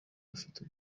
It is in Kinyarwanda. bafite